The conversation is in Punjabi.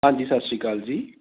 ਹਾਂਜੀ ਸਤਿ ਸ਼੍ਰੀ ਅਕਾਲ ਜੀ